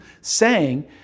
saying